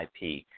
IP